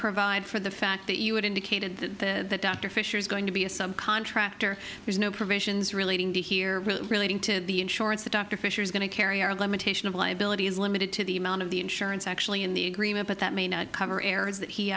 provide for the fact that you would indicated that the that dr fisher is going to be a subcontractor there's no provisions relating to here relating to the insurance that dr fisher is going to carry our limitation of liability is limited to the amount of the insurance actually in the agreement but that may not cover areas that he